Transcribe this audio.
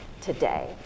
today